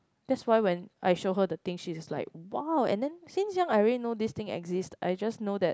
that's why when I show her the things she's like !wow! and then since young I already know these things exist I just know that